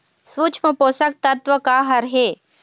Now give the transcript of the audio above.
सूक्ष्म पोषक तत्व का हर हे?